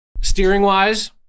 Steering-wise